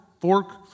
fork